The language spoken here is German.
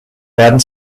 werden